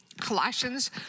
Colossians